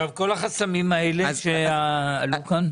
כל החסמים האלה שעלו כאן.